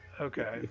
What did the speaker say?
Okay